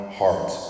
heart